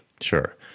Sure